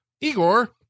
Igor